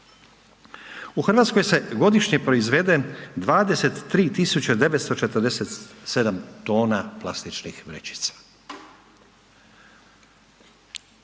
U RH se godišnje proizvede 23947 tona plastičnih vrećica.